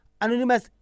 Anonymous